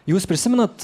jūs prisimenat